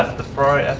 the ferrari